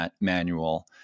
manual